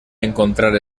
encontrar